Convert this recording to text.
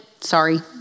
sorry